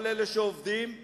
כל אלה שעובדים בתיירות,